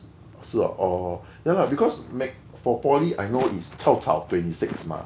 是 orh ya lah because like for poly I know it's cao cao twenty-six mah